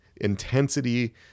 intensity